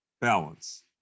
balance